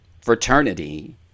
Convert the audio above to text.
fraternity